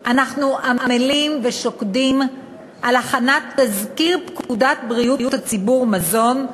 אנחנו עמלים ושוקדים על הכנת תזכיר פקודת בריאות הציבור (מזון),